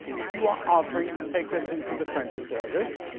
you are offering to take us into the french service?